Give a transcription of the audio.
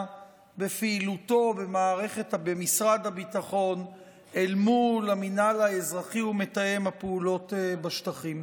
בפעילותו במשרד הביטחון אל מול המינהל האזרחי ומתאם הפעולות בשטחים.